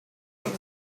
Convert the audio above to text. food